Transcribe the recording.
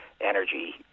energy